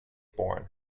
born